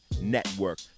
Network